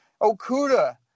Okuda